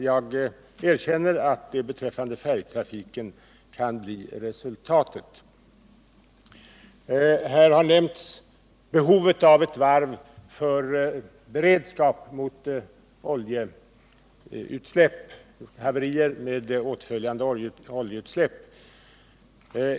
Jag erkänner att det beträffande färjetrafiken kan bli resultatet. Här har nämnts behovet av ett varv för beredskap mot haverier med åtföljande oljeutsläpp.